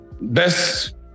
best